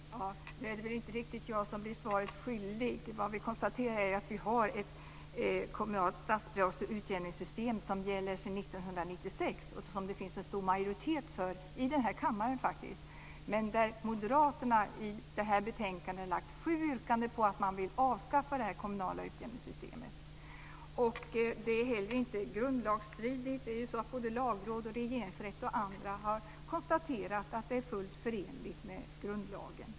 Fru talman! Det är väl inte riktigt jag som blir svaret skyldig. Vad vi konstaterar här är att vi har ett kommunalt statsbidrags och utjämningssystem som gäller sedan år 1996 och som det finns en stor majoritet för - faktiskt i denna kammare. Men moderaterna har i det här betänkandet sju yrkanden där man vill avskaffa det kommunala utjämningssystemet. Det här systemet är inte grundlagstridigt. Lagrådet, Regeringsrätten och andra har konstaterat att det i stället är fullt förenligt med grundlagen.